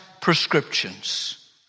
prescriptions